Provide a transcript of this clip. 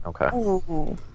Okay